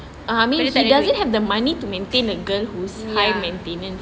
I mean he doesn't have the money to maintain a girl who's high maintenance